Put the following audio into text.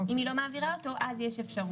אם היא לא מעבירה אותו, אז יש אפשרות.